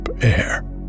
air